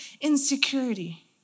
insecurity